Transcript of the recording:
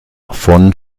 von